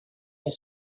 your